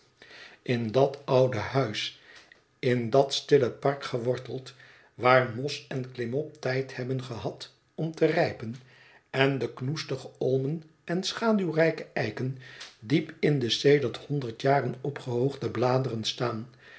in dat oude huis in dat stille park geworteld waar mos en klimop tijd hebben gehad om te rijpen en de knoestige olmen en schaduwrijke eiken diep in de sedert honderd jaren opgehoogde bladeren staan